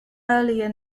earlier